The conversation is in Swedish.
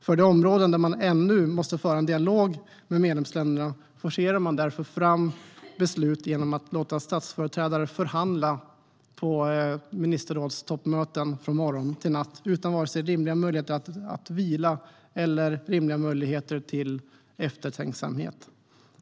På de områden där man ännu måste föra en dialog med medlemsländerna forcerar man därför fram beslut genom att låta statsföreträdare förhandla på ministerrådstoppmöten från morgon till natt, utan rimliga möjligheter till vila eller eftertänksamhet.